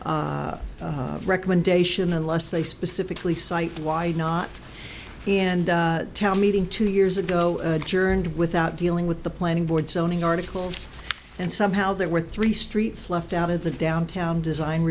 their recommendation unless they specifically cite why not and tell meeting two years ago journeyed without dealing with the planning board zoning articles and somehow there were three streets left out of the downtown design